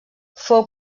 fou